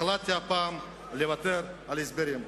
החלטתי הפעם לוותר על ההסברים.